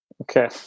Okay